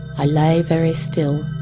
i lay very still,